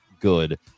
good